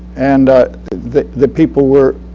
and the the people were